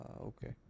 Okay